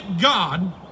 God